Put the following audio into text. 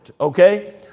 Okay